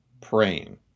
Praying